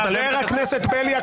חבר הכנסת סגלוביץ',